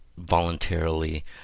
voluntarily